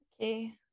Okay